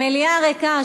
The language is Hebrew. המליאה ריקה,